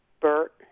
Bert